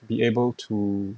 be able to